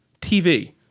TV